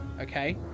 Okay